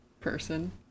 person